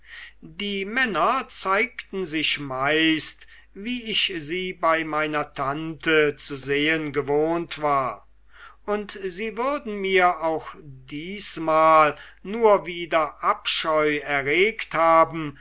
die männer zeigten sich meist wie ich sie bei meiner tante zu sehen gewohnt war und sie würden mir auch diesmal nur wieder abscheu erregt haben